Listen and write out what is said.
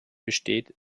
besteht